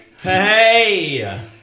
Hey